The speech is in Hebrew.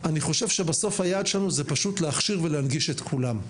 אני חושב שבסוף היעד שלנו הוא פשוט להכשיר ולהנגיש את כולם.